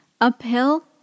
Uphill